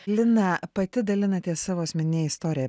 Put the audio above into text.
lina pati dalinatės savo asmenine istorija